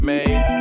Made